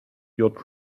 your